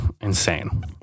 insane